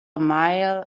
mile